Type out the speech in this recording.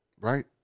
right